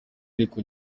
ariko